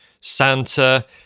Santa